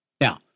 Now